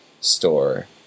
store